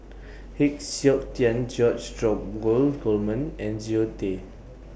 Heng Siok Tian George Dromgold Coleman and Zoe Tay